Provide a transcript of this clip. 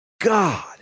God